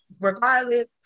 regardless